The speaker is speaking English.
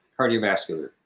cardiovascular